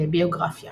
ביוגרפיה